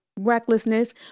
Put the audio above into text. recklessness